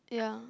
yeah